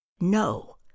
No